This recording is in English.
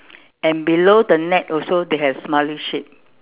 and below the net also they have smiley shape